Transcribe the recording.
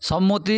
সম্মতি